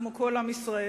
כמו כל עם ישראל,